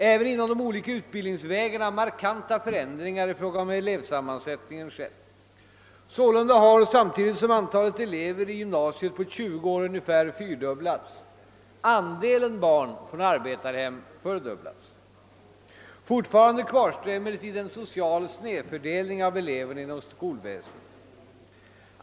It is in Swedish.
Även inom de olika utbildningsvägarna har markanta förändringar i fråga om elevsammansättningen skett. Sålunda har — samtidigt som antalet elever i gymnasiet på 20 år ungefär fyrdubblats — andelen barn från arbetarhem fördubblats. Fortfarande kvarstår emellertid en social snedfördelning av eleverna inom skolväsendet.